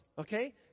Okay